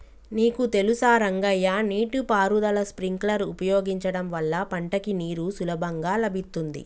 నీకు తెలుసా రంగయ్య నీటి పారుదల స్ప్రింక్లర్ ఉపయోగించడం వల్ల పంటకి నీరు సులభంగా లభిత్తుంది